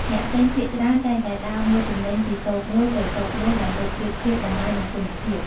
អ្នកទិញភាគច្រើនតែងតែដើរមើលទំនិញពីតូបមួយទៅតូបមួយដើម្បីប្រៀបធៀបតម្លៃ និងគុណភាព។